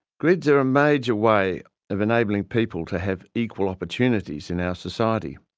grids are a major way of enabling people to have equal opportunities in our society.